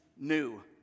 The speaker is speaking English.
new